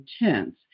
intense